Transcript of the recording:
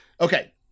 Okay